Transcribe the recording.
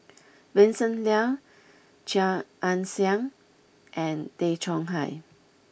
Vincent Leow Chia Ann Siang and Tay Chong Hai